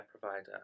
provider